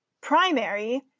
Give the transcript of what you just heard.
primary